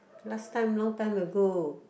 last time long time ago